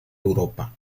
europa